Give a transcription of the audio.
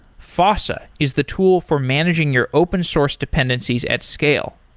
fossa is the tool for managing your open source dependencies at scale.